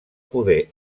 poder